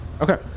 Okay